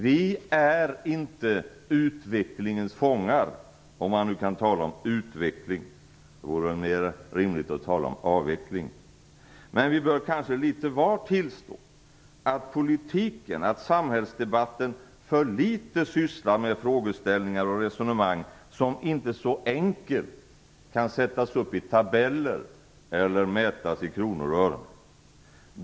Vi är inte utvecklingens fångar - om man nu i det här sammanhanget kan tala om "utveckling"; det vore mer rimligt att tala om "avveckling". Men vi bör kanske alla i någon mån tillstå att politiken, att samhällsdebatten för litet sysslar med frågeställningar och resonemang som inte så enkelt kan sättas upp i tabeller eller mätas i kronor och ören.